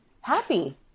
happy